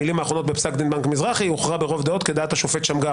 המילים האחרונות בפסק דין בנק מזרחי: הוכרע ברוב דעות כדעת השופט שמגר.